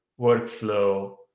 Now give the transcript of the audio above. workflow